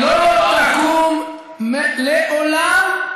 ראס בן אמו וראס בן ענא, לא תקום לעולם,